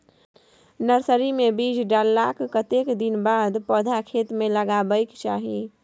Nursery मे बीज डाललाक कतेक दिन के बाद पौधा खेत मे लगाबैक चाही?